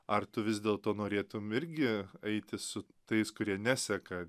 ar tu vis dėlto norėtum irgi eiti su tais kurie neseka